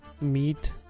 meet